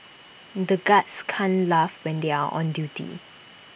the guards can't laugh when they are on duty